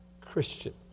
Christian